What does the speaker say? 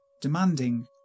demanding